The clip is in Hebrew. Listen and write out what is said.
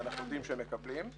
ואנחנו יודעים שהם מקבלים,